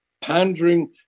pandering